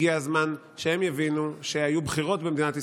הגיע הזמן שהם יבינו שהיו בחירות במדינת ישראל.